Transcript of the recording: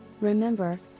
Remember